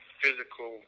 physical